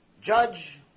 judge